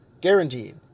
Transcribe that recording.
Guaranteed